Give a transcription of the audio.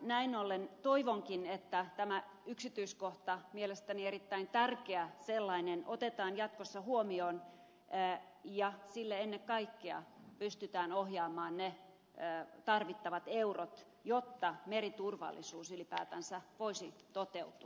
näin ollen toivonkin että tämä yksityiskohta mielestäni erittäin tärkeä sellainen otetaan jatkossa huomioon ja sille ennen kaikkea pystytään ohjaamaan ne tarvittavat eurot jotta meriturvallisuus ylipäätänsä voisi toteutua